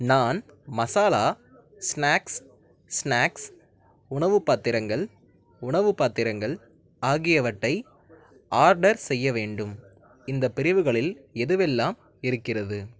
நான் masala snacks snacks உணவு பாத்திரங்கள் உணவு பாத்திரங்கள் ஆகியவற்றை ஆர்டர் செய்ய வேண்டும் இந்த பிரிவுகளில் எதுவெல்லாம் இருக்கிறது